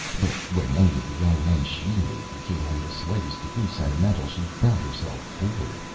but when any of the young men she knew became in the slightest degree sentimental she found herself bored,